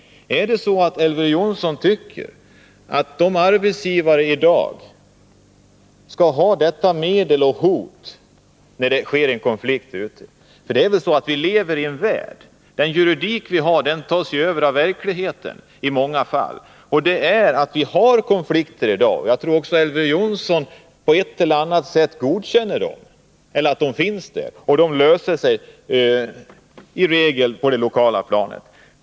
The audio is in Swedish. Tycker Elver Jonsson att arbetsgivarna i dag skall ha detta medel att hota med vid en konflikt? Vilever ju i en värld där verkligheten i många fall bestämmer över juridiken. Vi har konflikter i dag — och jag tror också att Elver Jonsson på ett eller annat sätt erkänner att de finns — vilka som regel löses på det lokala planet.